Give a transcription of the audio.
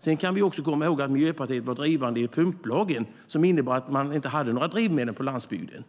Sedan kan vi också komma ihåg att Miljöpartiet var drivande i fråga om pumplagen, som innebar att man på landsbygden inte hade några drivmedel.